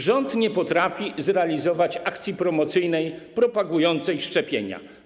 Rząd nie potrafi zrealizować akcji promocyjnej propagującej szczepienia.